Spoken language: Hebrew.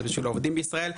זה בשביל העובדים בישראל,